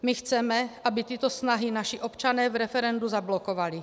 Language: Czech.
My chceme, aby tyto snahy naši občané v referendu zablokovali.